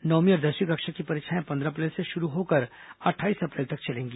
नवमीं और दसवीं कक्षा की परीक्षाएं पंद्रह अप्रैल से शुरू होकर अट्ठाईस अप्रैल तक चलेंगी